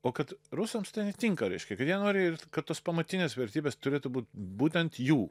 o kad rusams tai tinka reiškia kad jie nori kad tos pamatinės vertybės turėtų būt būtent jų